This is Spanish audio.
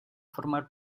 formar